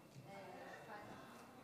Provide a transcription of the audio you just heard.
חבריי חברי הכנסת,